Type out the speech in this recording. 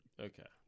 Okay